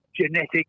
genetic